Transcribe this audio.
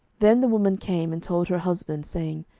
then the woman came and told her husband, saying,